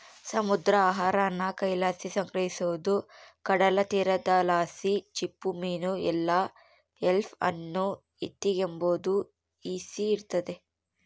ಸಮುದ್ರ ಆಹಾರಾನ ಕೈಲಾಸಿ ಸಂಗ್ರಹಿಸೋದು ಕಡಲತೀರದಲಾಸಿ ಚಿಪ್ಪುಮೀನು ಇಲ್ಲ ಕೆಲ್ಪ್ ಅನ್ನು ಎತಿಗೆಂಬಾದು ಈಸಿ ಇರ್ತತೆ